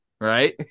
right